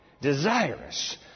desirous